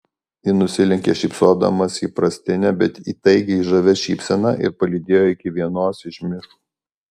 ji nusilenkė šypsodamasi įprastine bet įtaigiai žavia šypsena ir palydėjo iki vienos iš nišų